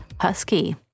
Husky